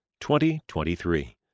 2023